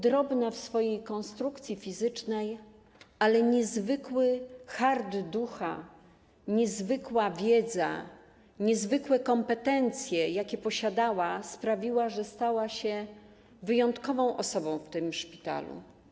Drobna w swojej konstrukcji fizycznej, ale niezwykły hart ducha, niezwykła wiedza i niezwykłe kompetencje, jakie posiadała, sprawiły, że stała się wyjątkową osobą w tym szpitalu.